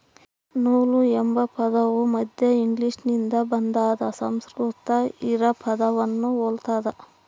ನೂಲು ಎಂಬ ಪದವು ಮಧ್ಯ ಇಂಗ್ಲಿಷ್ನಿಂದ ಬಂದಾದ ಸಂಸ್ಕೃತ ಹಿರಾ ಪದವನ್ನು ಹೊಲ್ತದ